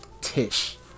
Tish